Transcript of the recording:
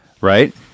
right